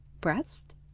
breast